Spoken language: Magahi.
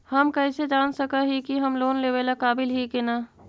हम कईसे जान सक ही की हम लोन लेवेला काबिल ही की ना?